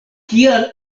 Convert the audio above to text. kial